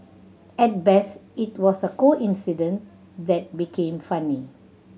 at best it was a coincidence that became funny